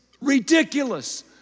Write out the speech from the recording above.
ridiculous